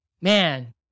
man